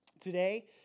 today